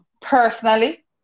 personally